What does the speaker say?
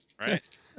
Right